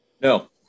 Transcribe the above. No